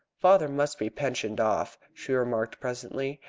father must be pensioned off, she remarked presently.